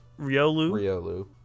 Riolu